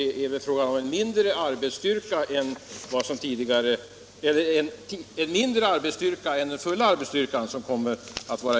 Dessutom är det inte fråga om hela denna arbetsstyrka.